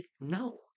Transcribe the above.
No